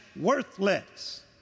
worthless